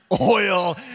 oil